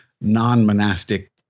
non-monastic